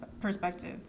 perspective